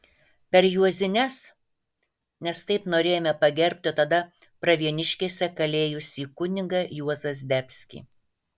per juozines nes taip norėjome pagerbti tada pravieniškėse kalėjusi kunigą juozą zdebskį